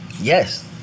Yes